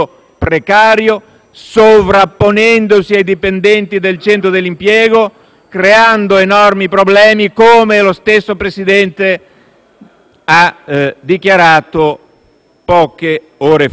sovrapponendosi ai dipendenti dei centri per l'impiego, creando enormi problemi, come lo stesso Presidente ha dichiarato poche ore fa.